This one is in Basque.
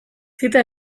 zita